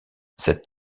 cette